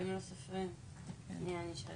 גם